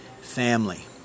family